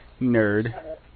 Nerd